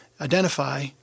identify